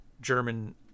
German